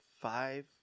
five